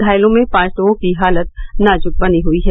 घायलों में पांच लोगों की हालत नाजुक बनी है